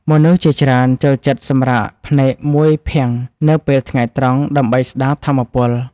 មនុស្សជាច្រើនចូលចិត្តសម្រាកភ្នែកមួយភាំងនៅពេលថ្ងៃត្រង់ ដើម្បីស្តារថាមពល។